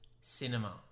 cinema